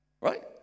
right